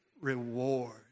reward